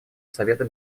совета